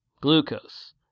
glucose